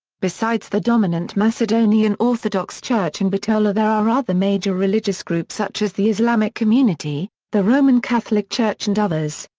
besides the dominant macedonian orthodox church in bitola there are other major religious groups such as the islamic community, the roman catholic church and others.